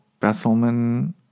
Besselman